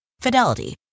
Fidelity